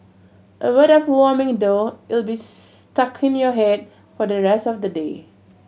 a word of warning though it'll be stuck in your head for the rest of the day